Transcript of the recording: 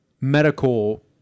medical